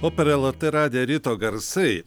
o per lrt radiją ryto garsai